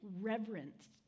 reverence